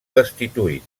destituït